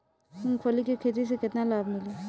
मूँगफली के खेती से केतना लाभ मिली?